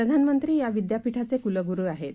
प्रधानमंत्रीयाविद्यापीठाचेक्लगुरुआहेत